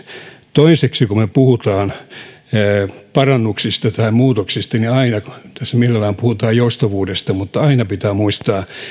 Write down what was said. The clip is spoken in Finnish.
toiseksi kun me puhumme parannuksista tai muutoksista niin tässä mielellään puhutaan joustavuudesta mutta aina pitää muistaa